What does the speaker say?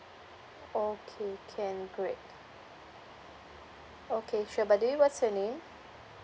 okay can great okay sure but do you what's your name